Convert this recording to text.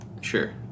Sure